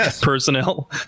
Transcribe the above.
personnel